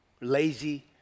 lazy